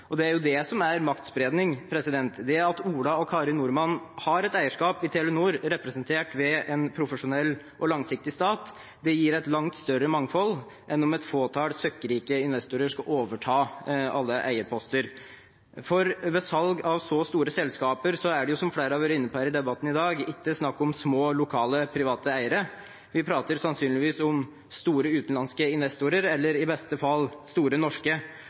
Det er det som er maktspredning. Det at Ola og Kari Nordmann har et eierskap i Telenor, representert ved en profesjonell og langsiktig stat, gir et langt større mangfold enn om et fåtall søkkrike investorer skal overta alle eierposter. Ved salg av så store selskaper er det, som flere har vært inne på i debatten i dag, ikke snakk om små lokale private eiere. Vi prater sannsynligvis om store utenlandske investorer eller i beste fall store norske.